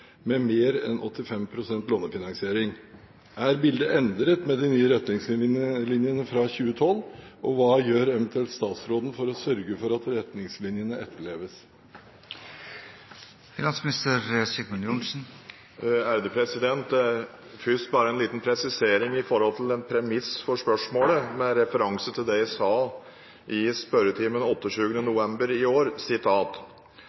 med mer enn 85 pst. lånefinansiering. Er bildet endret med de nye retningslinjene fra 2012, og hva gjør eventuelt statsråden for å sørge for at retningslinjene etterleves?» Først bare en liten presisering av premisset for spørsmålet, med referanse til det jeg sa i spørretimen